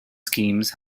schemes